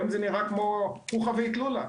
היום זה נראה כמו חוכא ואיתלולא.